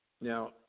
now